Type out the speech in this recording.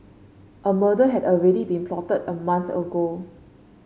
a murder had already been plotted a month ago